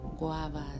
Guavas